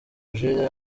jules